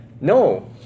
No